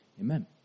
Amen